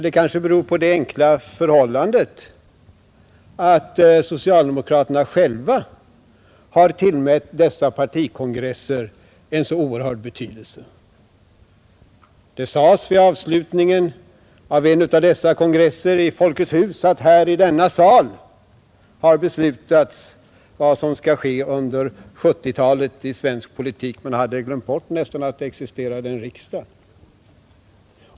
Det kanske beror på det enkla förhållandet att socialdemokraterna själva har tillmätt dessa partikongresser en så oerhört stor betydelse. Det sades vid avslutningen av en av dessa kongresser i Folkets hus att: här i denna sal har beslutats vad som skall ske under 70-talet i svensk politik. Man hade nästan glömt bort att det existerar en riksdag.